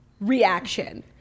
reaction